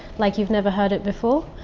like you've never heard it before.